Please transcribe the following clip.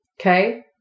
Okay